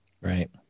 Right